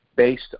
based